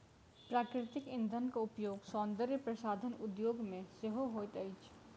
प्राकृतिक इंधनक उपयोग सौंदर्य प्रसाधन उद्योग मे सेहो होइत अछि